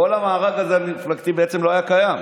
כל המארג המפלגתי לא היה קיים.